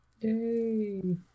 Yay